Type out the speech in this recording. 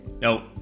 No